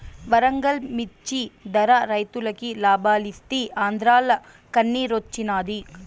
వరంగల్ మిచ్చి ధర రైతులకి లాబాలిస్తీ ఆంద్రాల కన్నిరోచ్చినాది